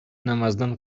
намаздан